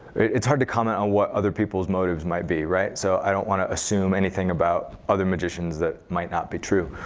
it's hard to comment on what other people's motives might be, so i don't want to assume anything about other magicians that might not be true.